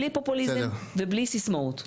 בלי פופוליזם ובלי סיסמאות.